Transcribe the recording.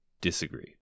disagree